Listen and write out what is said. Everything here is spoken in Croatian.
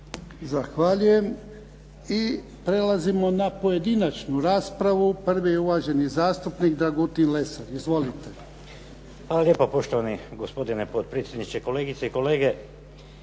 Zahvaljujem. I prelazimo na pojedinačnu raspravu. Prvi uvaženi zastupnik Dragutin Lesar. **Lesar, Dragutin (Nezavisni)** Hvala lijepa poštovani gospodine potpredsjedniče, kolegice i kolege,